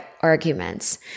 arguments